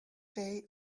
day